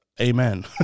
Amen